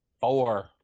Four